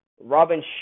Robin